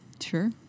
sure